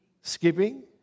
skipping